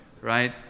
Right